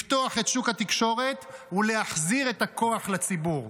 לפתוח את שוק התקשורת ולהחזיר את הכוח לציבור.